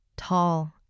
tall